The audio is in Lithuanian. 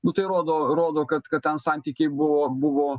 nu tai rodo rodo kad kad ten santykiai buvo buvo